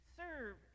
serve